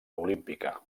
olímpica